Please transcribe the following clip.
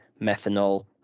methanol